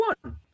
one